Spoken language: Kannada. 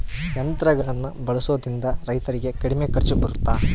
ಯಂತ್ರಗಳನ್ನ ಬಳಸೊದ್ರಿಂದ ರೈತರಿಗೆ ಕಡಿಮೆ ಖರ್ಚು ಬರುತ್ತಾ?